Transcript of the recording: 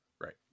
Right